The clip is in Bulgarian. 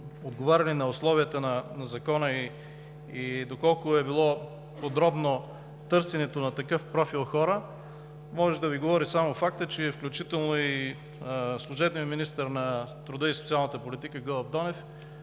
отговаряли на условията на Закона и доколко е било подробно търсенето на такъв профил хора, може да Ви говори само фактът, че включително и на служебния министър на труда и социалната политика Гълъб Донев